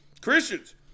Christians